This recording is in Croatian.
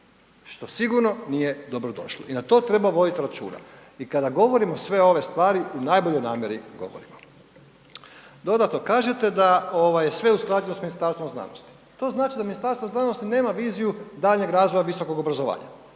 što sigurno nije dobrodošlo i na to treba voditi računa. I kada govorimo sve ove stvari, u najboljoj namjeri govorimo. Dodatno, kažete da sve je usklađeno s Ministarstvom znanosti. To znači da Ministarstvo znanosti nema viziju daljnjeg razvoja visokog obrazovanja